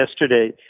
yesterday